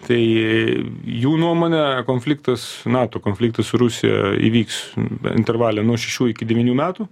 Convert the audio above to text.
tai jų nuomone konfliktas nato konfliktas su rusija įvyks intervale nuo šešių iki devynių metų